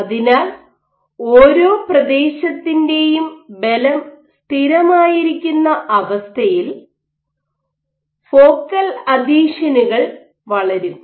അതിനാൽ ഓരോ പ്രദേശത്തിന്റെയും ബലം സ്ഥിരമായിരിക്കുന്ന അവസ്ഥയിൽ ഫോക്കൽ അഥീഷനുകൾ വളരും